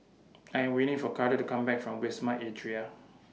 I'm waiting For Carter to Come Back from Wisma Atria